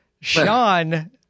Sean